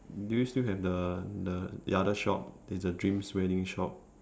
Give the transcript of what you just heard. do you still have the the other shop it's a dreams wedding shop